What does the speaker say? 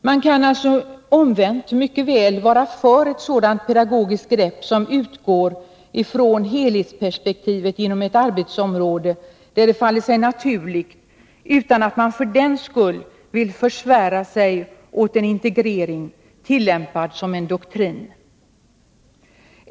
Man kan, omvänt, mycket väl vara för ett sådant pedagogiskt grepp som, där det faller sig naturligt, utgår från helhetsperspektivet inom ett arbetsområde utan att man för den skull vill försvära sig åt en integrering tillämpad som en doktrin.